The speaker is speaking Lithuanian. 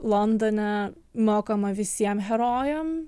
londone mokama visiem herojam